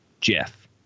Jeff